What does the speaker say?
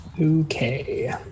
Okay